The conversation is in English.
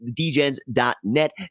dgens.net